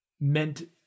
meant